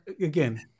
again